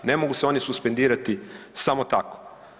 Ne mogu se oni suspendirati samo tako.